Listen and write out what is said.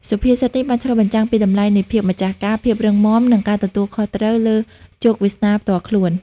សុភាសិតនេះបានឆ្លុះបញ្ចាំងពីតម្លៃនៃភាពម្ចាស់ការ ភាពរឹងមាំ និងការទទួលខុសត្រូវលើជោគវាសនាផ្ទាល់ខ្លួន។